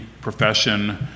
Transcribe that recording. profession